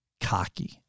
cocky